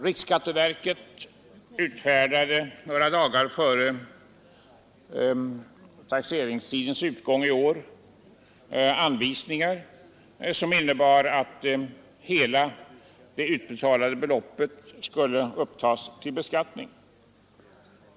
Riksskatteverket utfärdade några dagar före deklarationstidens utgång i år anvisningar som innebar att hela det utbetalade beloppet skulle upptas till beskattning.